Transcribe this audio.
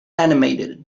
animated